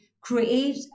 create